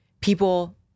people